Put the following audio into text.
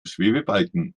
schwebebalken